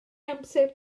amser